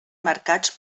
marcats